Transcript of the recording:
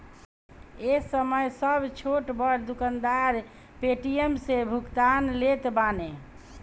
ए समय सब छोट बड़ दुकानदार पेटीएम से भुगतान लेत बाने